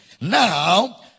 Now